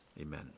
Amen